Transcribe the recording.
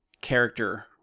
character